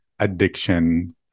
addiction